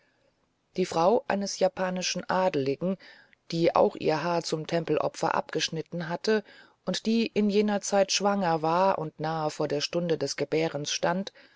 die frau eines japanischen adligen die auch ihr haar zum tempelopfer abgeschnitten hatte und die in jener zeit schwanger war und nahe vor der stunde des gebärens stand